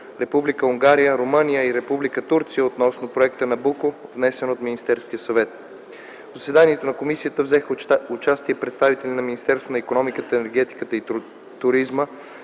Унгария, Румъния и Република Турция относно проекта „Набуко”, внесен от Министерския съвет. В заседанието на комисията взеха участие представители на Министерство на икономиката, енергетиката и туризма